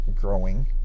Growing